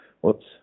Whoops